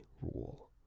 rule